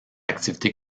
activités